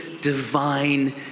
divine